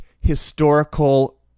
historical